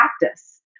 practice